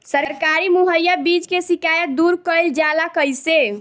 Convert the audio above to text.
सरकारी मुहैया बीज के शिकायत दूर कईल जाला कईसे?